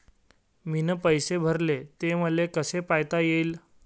मीन पैसे भरले, ते मले कसे पायता येईन?